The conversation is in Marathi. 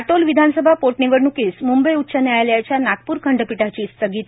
काटोल विधानसभा पोटनिवडण्कीस मुंबई उच्च न्यायालयाच्या नागप्र खंडपीठाची स्थगिती